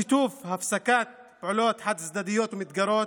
שיתוף והפסקת פעולות חד-צדדיות ומתגרות,